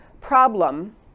Problem